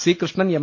C Krishnan M